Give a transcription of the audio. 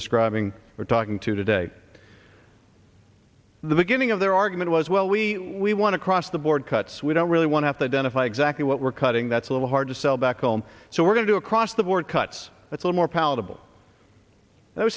describing we're talking to today the beginning of their argument was well we we want to cross the board cuts we don't really want have to identify exactly what we're cutting that's a little hard to sell back home so we're going to across the board cuts it's all more palatable that we